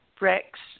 Rex